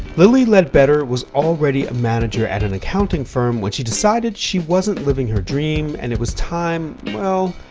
lilly ledbetter was already a manager at an accounting firm when she decided she wasn't living her dream and it was time, well,